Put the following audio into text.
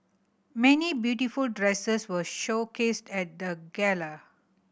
many beautiful dresses were showcased at the gala